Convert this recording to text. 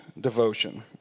devotion